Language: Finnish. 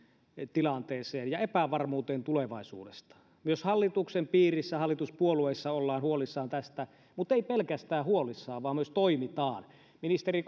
tilanteelle ja epävarmuudelle tulevaisuudesta myös hallituksen piirissä hallituspuolueissa ollaan huolissaan tästä mutta ei pelkästään olla huolissaan vaan myös toimitaan ministeri